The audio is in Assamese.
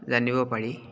জানিব পাৰি